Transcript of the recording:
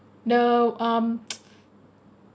the um